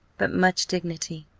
but much dignity,